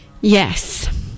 Yes